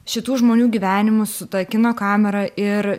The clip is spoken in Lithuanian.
šitų žmonių gyvenimus su ta kino kamera ir